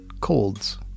colds